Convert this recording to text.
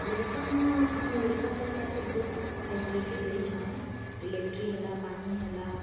ଓଡ଼ିଶାନ ଆମର ଓଡ଼ିଶା ସରକାର ତ ବହୁତ ଫ୍ୟାସିଲିଟି ଦେଇଛନ୍ ଇଲେକ୍ଟ୍ରି ହେଲା ପାନି ହେଲା